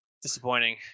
Disappointing